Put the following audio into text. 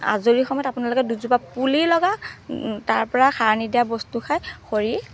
আজৰি সময়ত আপোনালোকে দুজোপা পুলি লগাওক তাৰপৰা সাৰ নিদিয়া বস্তু খাই শৰীৰ